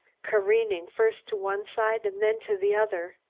careening first to one side and then to the other.